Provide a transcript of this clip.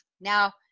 now